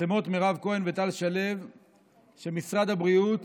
מפרסמות מירב כהן וטל שלו שמשרד הבריאות